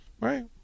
Right